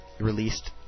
released